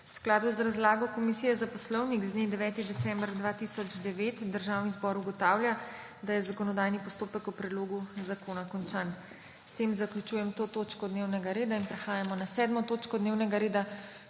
V skladu z razlago Komisije za poslovnik z dne 9. december 2009 Državni zbor ugotavlja, da je zakonodajni postopek o predlogu zakona končan. S tem zaključujem to točko dnevnega reda. Prehajamo na **7. TOČKO DNEVNEGA REDA